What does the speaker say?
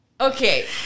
okay